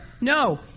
no